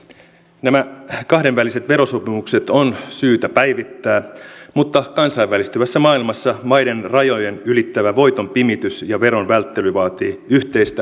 nämä kahdenväliset verosopimukset on syytä päivittää mutta kansainvälistyvässä maailmassa maiden rajojen ylittävä voiton pimitys ja veron välttely vaatii yhteistä kansainvälistä toimintaa